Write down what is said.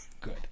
good